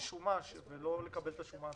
שומה ולא לקבל את השומה.